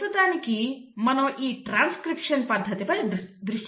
ప్రస్తుతానికి మనం ఈ ట్రాన్స్క్రిప్షన్ పద్ధతిపై దృష్టి పెడదాము